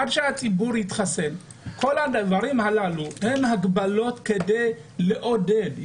עד שהציבור יתחסן כל הדברים הללו הם הגבלות כדי לעודד.